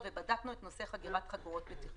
ובדקנו את נושא חגירת חגורות בטיחות.